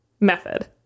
Method